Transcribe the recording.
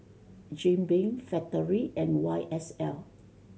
Jim Beam Factorie and Y S L